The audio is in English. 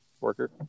worker